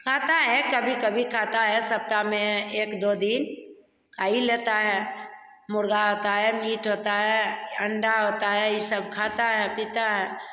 खाता है कभी कभी खाता है सप्ताह में एक दो दिन खा ही लेता है मुर्गा आता है मीट होता है अंडा होता है यह सब खाता है पीता है